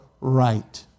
Right